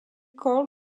coil